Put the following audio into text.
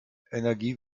energie